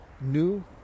new